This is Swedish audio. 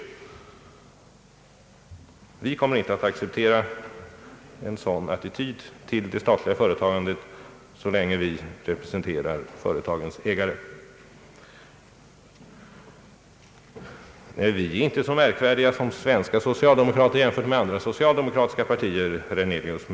Vi kommer i varje fall inte att acceptera en sådan attityd till det statliga företagandet, så länge vi representerar företagens ägare. Vi är inte så märkvärdiga jämfört med andra socialdemokratiska partier, herr Hernelius.